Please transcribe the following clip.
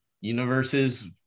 universes